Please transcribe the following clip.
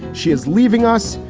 she is leaving us.